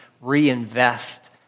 reinvest